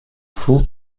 fou